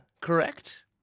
correct